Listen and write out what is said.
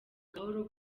gahoro